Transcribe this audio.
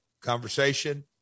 conversation